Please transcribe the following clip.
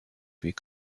week